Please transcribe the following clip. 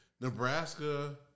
Nebraska